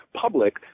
public